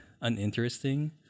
uninteresting